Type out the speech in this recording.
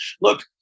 look